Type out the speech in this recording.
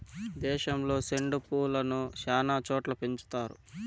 దేశంలో సెండు పూలను శ్యానా చోట్ల పెంచుతారు